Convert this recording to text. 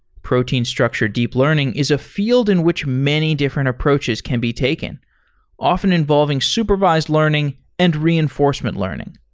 protein structured deep learning is a field in which many different approaches can be taken often involving supervised learning and reinforcement learning.